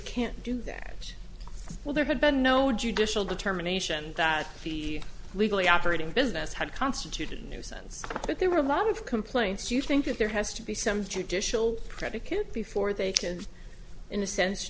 can't do that well there had been no judicial determination that legally operating business had constituted a nuisance but there were a lot of complaints you think that there has to be some judicial predicate before they can in a sense